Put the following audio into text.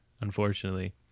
unfortunately